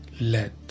let